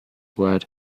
word